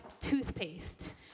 Toothpaste